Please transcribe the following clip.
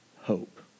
hope